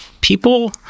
people